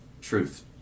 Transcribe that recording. truth